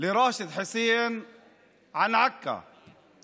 מאת ראשד חוסיין על אודות עכו: